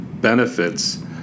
benefits